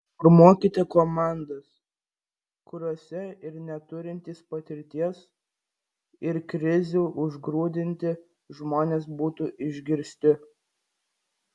formuokite komandas kuriose ir neturintys patirties ir krizių užgrūdinti žmonės būtų išgirsti